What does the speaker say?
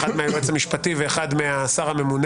האחת של היועץ המשפטי והאחת מהשר הממונה